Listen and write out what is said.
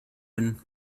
been